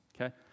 okay